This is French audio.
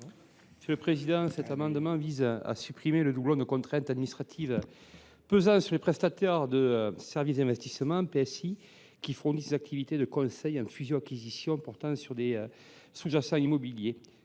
M. Michel Masset. Cet amendement vise à supprimer le doublon de contraintes administratives pesant sur les prestataires de services d’investissement (PSI) qui fournissent des activités de conseil en fusions acquisitions sur des sous jacents immobiliers,